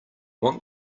want